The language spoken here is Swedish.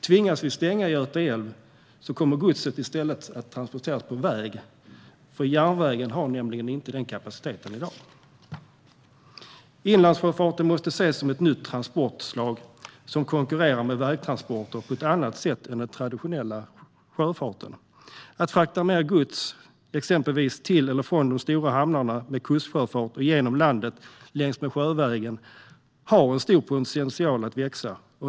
Tvingas vi stänga Göta älv kommer godset i stället att transporteras på väg, för järnvägen har inte den kapaciteten i dag. Inlandssjöfarten måste ses som ett nytt transportslag som konkurrerar med vägtransporter på ett annat sätt än den traditionella sjöfarten. Frakt av gods med kustsjöfart, exempelvis till eller från de stora hamnarna och genom landet längs med sjövägen, har stor potential att växa.